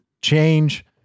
change